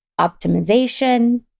optimization